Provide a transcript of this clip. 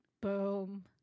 boom